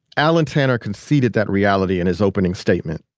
allen tanner conceded that reality in his opening statement.